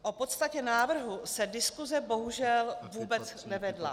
O podstatě návrhu se diskuse bohužel vůbec nevedla.